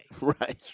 Right